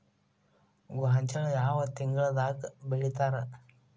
ಗೋಂಜಾಳ ಯಾವ ತಿಂಗಳದಾಗ್ ಬೆಳಿತಾರ?